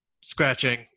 scratching